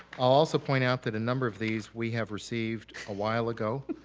also point out that a number of these we have received a while ago.